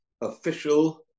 official